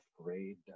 afraid